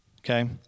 okay